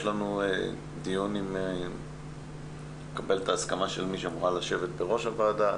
יש לנו דיון עם מי שאמורה לשבת בראש הוועדה.